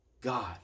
God